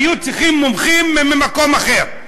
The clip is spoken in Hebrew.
היו צריכים מומחים ממקום אחר.